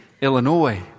Illinois